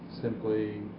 simply